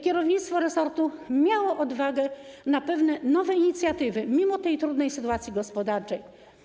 Kierownictwo resortu miało odwagę podjąć pewne nowe inicjatywy mimo trudnej sytuacji gospodarczej.